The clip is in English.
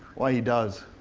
why he does?